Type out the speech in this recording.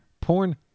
porn